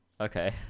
Okay